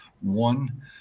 One